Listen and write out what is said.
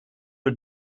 für